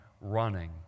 running